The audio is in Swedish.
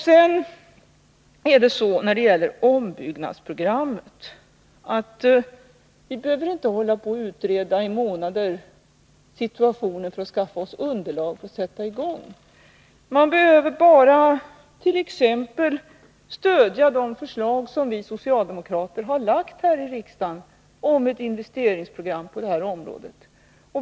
Sedan är det så när det gäller ombyggnadsprogrammet, att man behöver inte utreda situationen i månader för att skaffa sig underlag för att sätta i gång. Man behöver bara t.ex. stödja de förslag som vi socialdemokrater har lagt fram här i riksdagen om ett investeringsprogram på det här området.